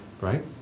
Right